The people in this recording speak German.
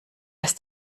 ist